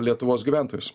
lietuvos gyventojus